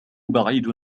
بعيد